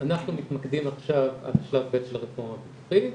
אנחנו מתמקדים עכשיו בשלב ב' של הרפורמה הביטוחית.